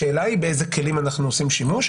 השאלה היא באילו כלים אנחנו עושים שימוש,